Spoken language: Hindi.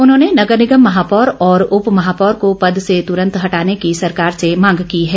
उन्होंने नगर निगम महापौर और उपमहापौर को पद से तुरंत हटाने की सरकार से मांग की है